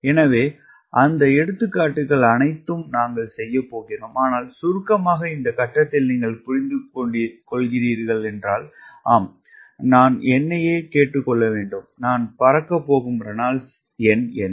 எனவே அந்த எடுத்துக்காட்டுகள் அனைத்தும் நாங்கள் செய்யப்போகிறோம் ஆனால் சுருக்கமாக இந்த கட்டத்தில் நீங்கள் புரிந்துகொள்கிறீர்கள் ஆம் நான் என்னையே கேட்டுக்கொள்ள வேண்டும் நான் பறக்கப் போகும் ரெனால்ட்ஸ் எண் என்ன